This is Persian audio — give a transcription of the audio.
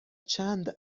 چند